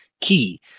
key